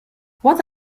what